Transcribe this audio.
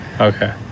Okay